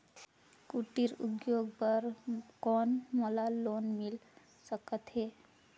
कुटीर उद्योग बर कौन मोला लोन मिल सकत हे?